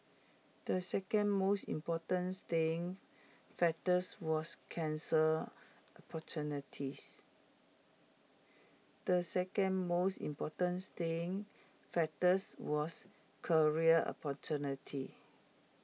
the second most important staying factors was cancer opportunities the second most important staying factors was career opportunity